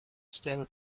stable